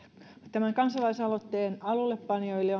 tämän kansalaisaloitteen alullepanijoille